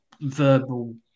verbal